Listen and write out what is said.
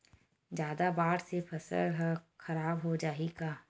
जादा बाढ़ से फसल ह खराब हो जाहि का?